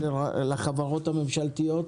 לחברות הממשלתיות,